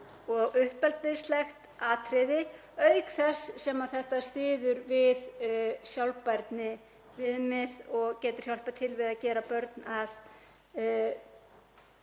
og uppeldislegt atriði að ræða, auk þess sem þetta styður við sjálfbærniviðmið og getur hjálpað til við að gera börn